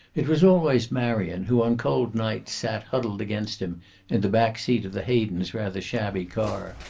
it was always marion who on cold nights sat huddled against him in the back seat of the hayden's rather shabby car,